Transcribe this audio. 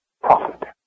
profit